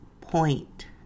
point